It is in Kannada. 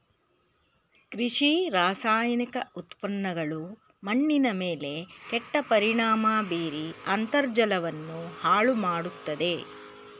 ಕೃಷಿ ರಾಸಾಯನಿಕ ಉತ್ಪನ್ನಗಳು ಮಣ್ಣಿನ ಮೇಲೆ ಕೆಟ್ಟ ಪರಿಣಾಮ ಬೀರಿ ಅಂತರ್ಜಲವನ್ನು ಹಾಳು ಮಾಡತ್ತದೆ